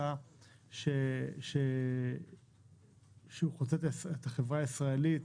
הוא מסע שהוא חוצה את החברה הישראלית.